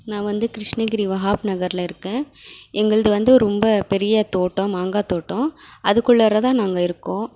நான் வந்து கிருஷ்ணகிரி வகாப் நகர்ல இருக்கேன் எங்கள்து வந்து ரெம்ப பெரிய தோட்டம் மாங்காய் தோட்டம் அதுக்குள்ளாராதான் நாங்கள் இருக்கோம்